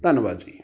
ਧੰਨਵਾਦ ਜੀ